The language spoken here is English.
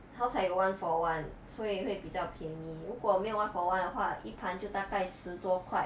好彩 one for one 所以会比较便宜如果没有 one for one 的话一盘就大概十多块